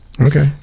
Okay